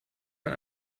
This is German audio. man